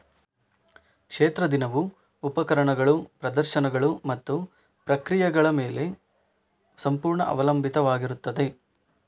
ಕ್ಷೇತ್ರ ದಿನವು ಉಪಕರಣಗಳು, ಪ್ರದರ್ಶನಗಳು ಮತ್ತು ಪ್ರಕ್ರಿಯೆಗಳ ಮೇಲೆ ಸಂಪೂರ್ಣ ಅವಲಂಬಿತವಾಗಿರುತ್ತದೆ